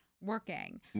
working